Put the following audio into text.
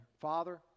Father